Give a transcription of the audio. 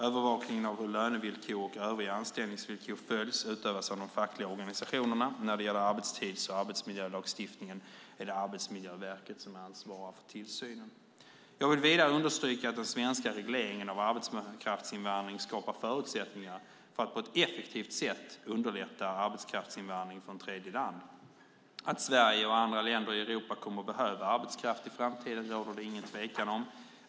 Övervakningen av hur lönevillkor och övriga anställningsvillkor följs utövas av de fackliga organisationerna. När det gäller arbetstids och arbetsmiljölagstiftningen är det Arbetsmiljöverket som ansvarar för tillsynen. Jag vill vidare understryka att den svenska regleringen av arbetskraftsinvandring skapar förutsättningar för att på ett effektivt sätt underlätta arbetskraftsinvandring från tredjeland. Att Sverige och andra länder i Europa kommer att behöva arbetskraft i framtiden råder det inget tvivel om.